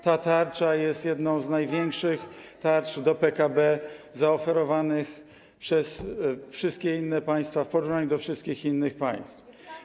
Ta tarcza jest jedną z największych tarcz do PKB zaoferowanych przez wszystkie inne państwa, w porównaniu do wszystkich innych państw.